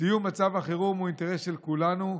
סיום מצב החירום הוא אינטרס של כולנו,